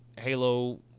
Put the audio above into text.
Halo